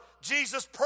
Jesus